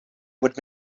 would